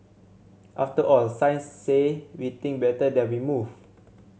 after all science say we think better when we move